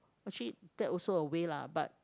actually that also a way lah but